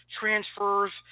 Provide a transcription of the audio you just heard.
transfers